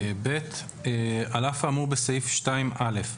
(ב) על אף האמור בסעיף 2(א),